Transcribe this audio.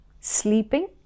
sleeping